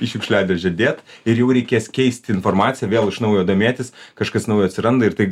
į šiukšliadėžę dėt ir jau reikės keist informaciją vėl iš naujo domėtis kažkas naujo atsiranda ir tai